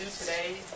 today